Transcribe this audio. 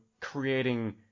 creating